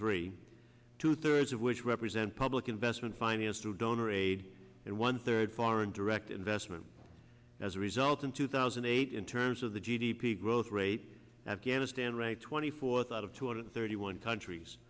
three two thirds of which represent public investment financed through donor aid and one third foreign direct investment as a result in two thousand and eight in terms of the g d p growth rate afghanistan ranked twenty fourth out of two hundred thirty one countries